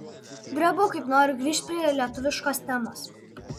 drebu kaip noriu grįžt prie lietuviškos temos